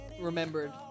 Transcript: remembered